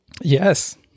Yes